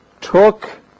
took